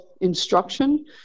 instruction